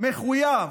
מחויב